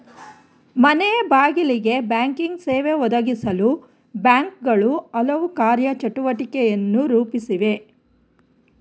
ಮನೆಬಾಗಿಲಿಗೆ ಬ್ಯಾಂಕಿಂಗ್ ಸೇವೆ ಒದಗಿಸಲು ಬ್ಯಾಂಕ್ಗಳು ಹಲವು ಕಾರ್ಯ ಚಟುವಟಿಕೆಯನ್ನು ರೂಪಿಸಿವೆ